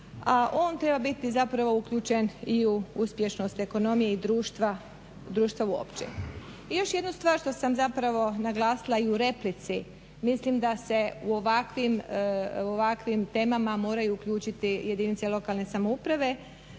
a on treba biti zapravo uključen i u uspješnost ekonomije i društva, društva uopće. I još jednu stvar što sam zapravo naglasila i u replici, mislim da se u ovakvim temama moraju uključiti jedinice lokalne samouprave